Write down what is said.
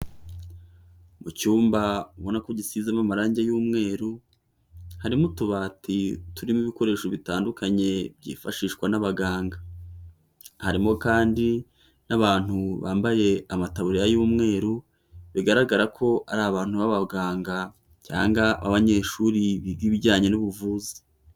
Mu cyumba ubona ko gisizemo amarange y'umweru, harimo utubati turimo ibikoresho bitandukanye byifashishwa n'abaganga. Harimo kandi n'abantu bambaye amataburiya y'umweru, bigaragara ko ari abantu b'abaganga, cyangwa abanyeshuri biga ibijyanye n'ubuvuzi.